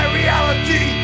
reality